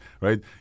right